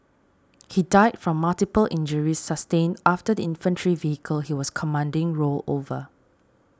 he died from multiple injuries sustained after the infantry vehicle he was commanding rolled over